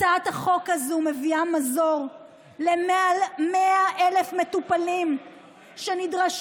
הצעת החוק הזאת מביאה מזור למעל 100,000 מטופלים שנדרשים